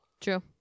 True